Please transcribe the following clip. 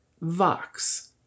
Vox